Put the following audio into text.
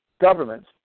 governments